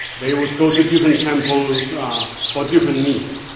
they would go to different temples for different need.